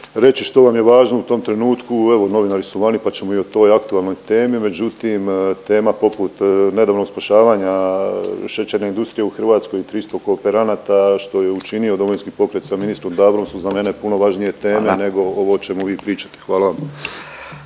reći što vam je važno u tom trenutku, evo novinari su vani pa ćemo i o toj aktualnoj temi. Međutim tema poput nedavnog spašavanja šećerne industrije u Hrvatskoj i 300 kooperanata što je učinio Domovinski pokret sa ministrom Dabrom su za mene puno važnije teme …/Upadica Radin: Hvala./…